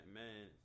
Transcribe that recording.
man